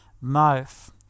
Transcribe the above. mouth